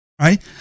Right